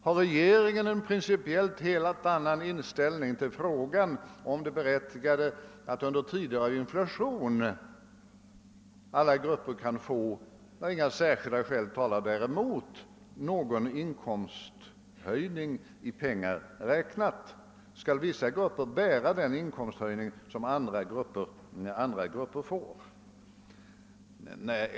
Har regeringen en principiellt helt annan inställning än att det är berättigat under tider av inflation att alla grupper, om inga sär skilda skäl talar däremot, får någon inkomsthöjning i pengar räknat? Skall vissa grupper bära den inkomsthöjning som andra grupper får?